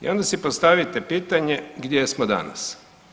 I onda si postavite pitanje gdje smo danas?